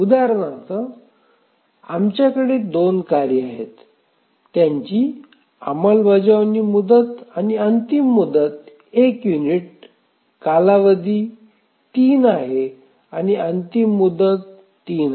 उदाहरणार्थ आमच्याकडे 2 कार्ये आहेत त्यांची अंमलबजावणीची मुदत आणि अंतिम मुदत 1 युनिट कालावधी 3 आहे आणि अंतिम मुदत 3 आहे